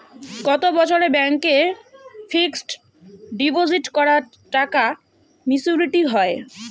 কত বছরে ব্যাংক এ ফিক্সড ডিপোজিট করা টাকা মেচুউরিটি হয়?